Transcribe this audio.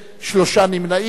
שלושה נמנעים.